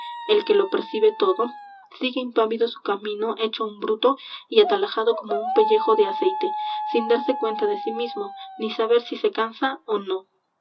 el que lo percibe todo sigue impávido su camino hecho un bruto y atalajado como un pellejo de aceite sin darse cuenta de sí mismo ni saber si se cansa ó no